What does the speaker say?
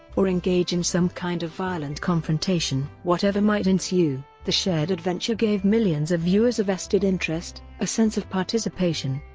or engage in some kind of violent confrontation. whatever might ensue, the shared adventure gave millions of viewers a vested interest, a sense of participation,